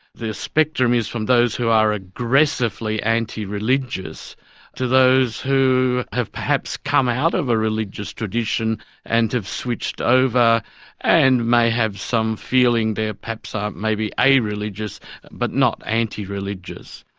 the spectrum is from those who are aggressively anti-religious to those who have perhaps come out of a religious tradition and have switched over and may have some feeling there, perhaps are maybe a-religious but not anti-religious,